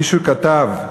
מישהו כתב,